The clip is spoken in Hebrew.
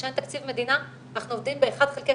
כשאין תקציב מדינה אנחנו עובדים ב-1 חלקי